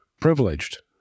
privileged